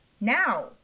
now